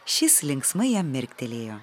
šis linksmai jam mirktelėjo